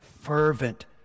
fervent